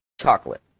Chocolate